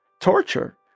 torture